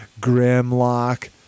Grimlock